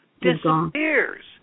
disappears